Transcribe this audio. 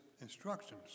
instructions